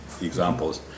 examples